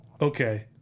okay